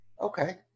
Okay